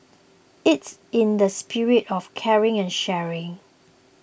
it's in the spirit of caring and sharing